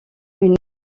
une